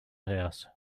house